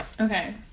Okay